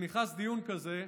וכשנכנס דיון כזה,